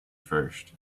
first